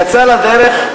יצא לדרך.